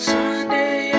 Sunday